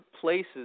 places